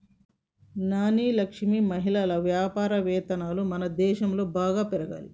నాని లక్ష్మి మహిళా వ్యాపారవేత్తలు మనదేశంలో బాగా పెరగాలి